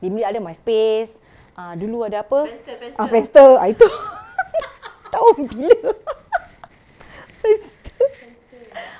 maybe ada MySpace ah dulu ada apa ah Friendster ah itu tahun bila Friendster